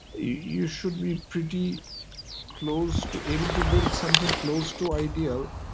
you should be pretty close, to able to build something close to ideal,